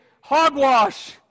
hogwash